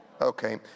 Okay